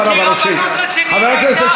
גפני, ראית את התחקיר?